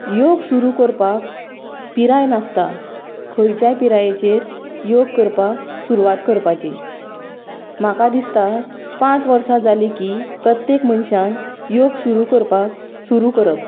योग सुरू करपाक पिराय नासता खंयच्याय पिरायेचेर योग करपाक सुरवात करपाची म्हाका दिसता पांच वर्सां जाली की प्रत्येक मनशान योग करपाक सुरू करप